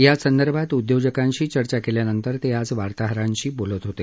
यासंदर्भात उद्योजकांशी चर्चा केल्यानंतर ते आज वार्ताहरांशी बोलत होते